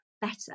better